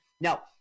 Now